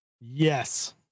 Yes